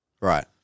Right